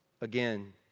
again